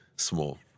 Small